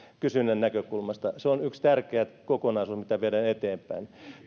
kysynnän näkökulmasta se on yksi tärkeä kokonaisuus mitä viedään eteenpäin